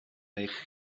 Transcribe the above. eich